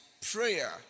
prayer